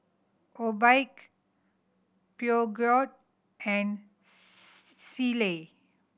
Obike Peugeot and Sealy